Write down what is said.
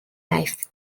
life